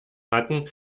hatten